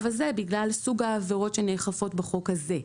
הזה בגלל סוג העבירות שנאכפות בחוק הזה.